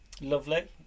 lovely